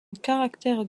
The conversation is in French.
caractères